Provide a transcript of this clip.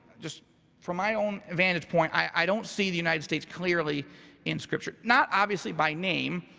just from my own vantage point, i don't see the united states clearly in scripture, not obviously by name,